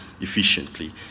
efficiently